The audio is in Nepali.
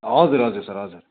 हजुर हजुर सर हजुर